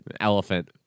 elephant